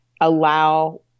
allow